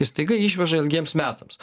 staiga išveža ilgiems metams